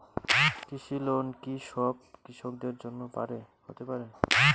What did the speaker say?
কৃষি লোন কি সব কৃষকদের জন্য হতে পারে?